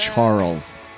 Charles